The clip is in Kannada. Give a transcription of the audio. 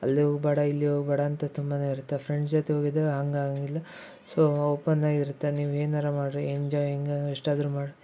ಅಲ್ಲಿ ಹೋಬೇಡ ಇಲ್ಲಿ ಹೋಗ್ಬೇಡ ಅಂತ ತುಂಬ ಇರುತ್ತೆ ಫ್ರೆಂಡ್ಸ್ ಜೊತೆ ಹೋಗಿದ್ದಾಗ ಹಂಗೆ ಆಗೋಂಗಿಲ್ಲ ಸೊ ಓಪನ್ನಾಗಿ ಇರುತ್ತೆ ನೀವು ಏನಾರೂ ಮಾಡಿರಿ ಎಂಜಾಯಿಂಗ ಎಷ್ಟಾದ್ರೂ ಮಾಡಿರಿ